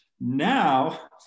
now